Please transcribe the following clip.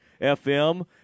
FM